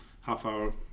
half-hour